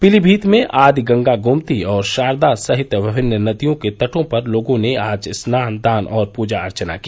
पीलीभीत में आदि गंगा गोमती और शारदा सहित विभिन्न नदियों के तटों पर लोगों ने आज स्नान दान और पुजा अर्चना की